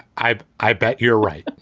i, i bet you're right